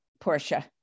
Portia